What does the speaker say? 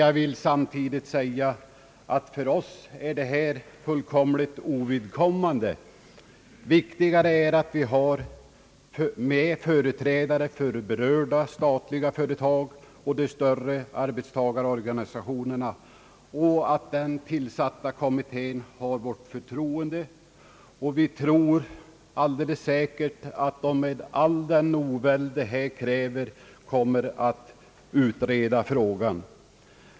Jag vill emellertid säga, att för oss är denna fråga ovidkommande. Viktigare är att det i kommittén finns med företrädare för berörda statliga företag och för de större arbetstagarorganisationerna och att den tillsatta kommittén har vårt förtroende. Vi tror alldeles säkert att de med all den oväld som krävs kommer att utreda den fråga det här gäller.